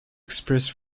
express